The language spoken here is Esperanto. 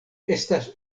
estas